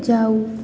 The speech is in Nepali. जाऊ